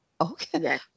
okay